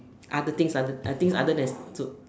other things I think other than school